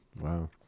Wow